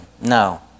No